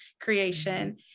creation